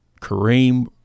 Kareem